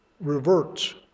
reverts